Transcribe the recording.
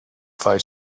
phi